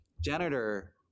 janitor